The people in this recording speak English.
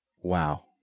Wow